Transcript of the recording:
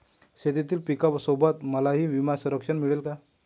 शेतीतील पिकासोबत मलाही विमा संरक्षण मिळेल का?